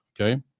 okay